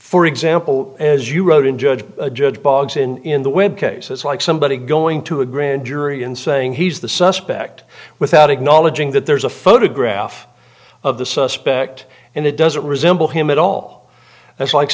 for example as you wrote in judge judge boggs in the web cases like somebody going to a grand jury and saying he's the suspect without acknowledging that there's a photograph of the suspect and it doesn't resemble him at all that's like